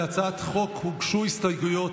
להצעת החוק הוגשו הסתייגויות.